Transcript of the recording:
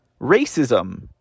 racism